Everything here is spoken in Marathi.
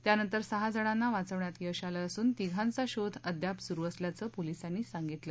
त्यानंतर सहा जणांना वाचवण्यात यश आलं असून तीन जणांचा शोध अद्याप सुरू असल्याचं पोलिसांनी सांगितलं